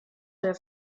der